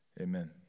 amen